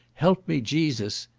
help me, jesus!